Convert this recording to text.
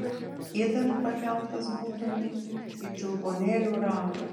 idant pakeltas būtumei į čiulbuonėlių rangą